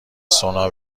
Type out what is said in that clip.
سونا